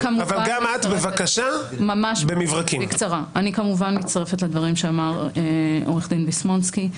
אני כמובן מצטרפת לדברים שאמר עו"ד ויסמונסקי.